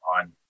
on